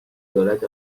دولت